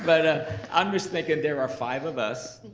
but i'm just thinking there are five of us,